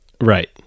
Right